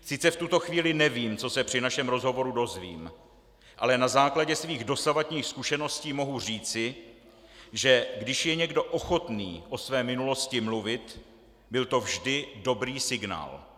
Sice v tuto chvíli nevím, co se při našem rozhovoru dozvím, ale na základě svých dosavadních zkušeností mohu říci, že když je někdo ochotný o své minulosti mluvit, byl to vždy dobrý signál.